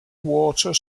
water